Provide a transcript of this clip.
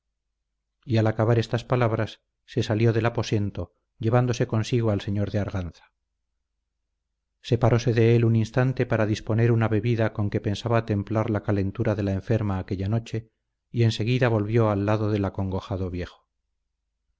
y al acabar estas palabras se salió del aposento llevándose consigo al señor de arganza separóse de él un instante para disponer una bebida con que pensaba templar la calentura de la enferma aquella noche y enseguida volvió al lado del acongojado viejo